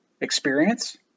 experience